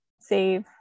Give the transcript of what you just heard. save